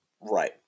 Right